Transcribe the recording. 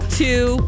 two